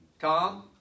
Tom